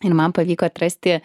ir man pavyko atrasti